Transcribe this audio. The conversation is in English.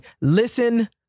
Listen